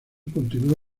continuó